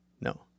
No